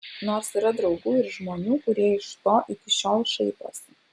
nors yra draugų ir žmonių kurie iš to iki šiol šaiposi